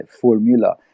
formula